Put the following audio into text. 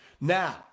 Now